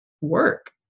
work